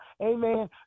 amen